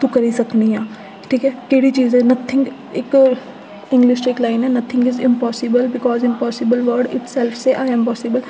तूं करी सकनी ऐं ठीक ऐ केह्ड़ी चीज ऐ नथिंग इक इंग्लिश च इक लाइन ऐ nothing is impossible because impossible word इस्सै च ऐ आई ऐम्म पासीबल